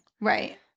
Right